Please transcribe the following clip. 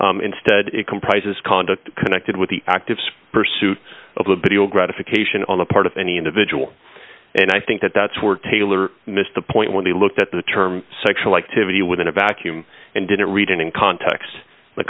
act instead it comprises conduct connected with the active pursuit of liberty or gratification on the part of any individual and i think that that's where taylor missed the point when he looked at the term sexual activity within a vacuum and didn't read it in context the